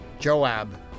Joab